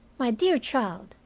my dear child,